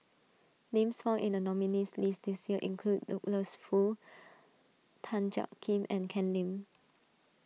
names found in the nominees' list this year include Douglas Foo Tan Jiak Kim and Ken Lim